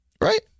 right